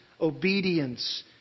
obedience